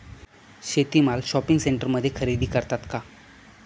शेती माल शॉपिंग सेंटरमध्ये खरेदी करतात का?